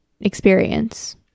experience